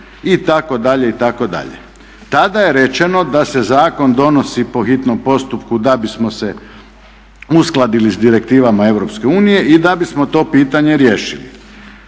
itd., itd.. Tada je rečeno da se zakon donosi po hitnom postupku da bismo se uskladili sa direktivama Europske unije i da bismo to pitanje riješili.